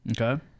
Okay